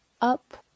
up